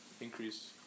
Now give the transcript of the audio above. increase